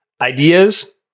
ideas